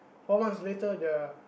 four months later they're